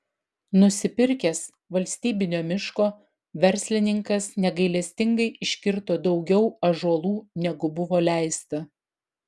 nusipirkęs valstybinio miško verslininkas negailestingai iškirto daugiau ąžuolų negu buvo leista